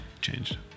changed